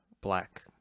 Black